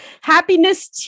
happiness